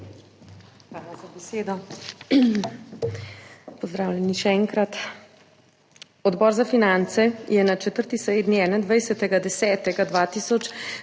Hvala za besedo. Pozdravljeni še enkrat! Odbor za finance je 4.